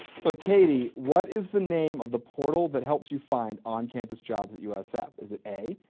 so katie, what is the name of the portal that helps you find on-campus jobs at usf? is it a,